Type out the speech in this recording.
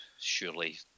surely